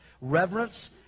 Reverence